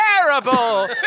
terrible